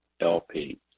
LP